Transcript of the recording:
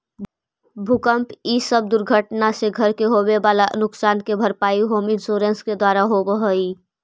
भूकंप इ सब दुर्घटना से घर के होवे वाला नुकसान के भरपाई होम इंश्योरेंस के द्वारा होवऽ हई